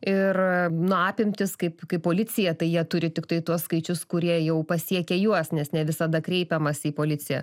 ir nu apimtys kaip kai policija tai jie turi tiktai tuos skaičius kurie jau pasiekia juos nes ne visada kreipiamasi į policiją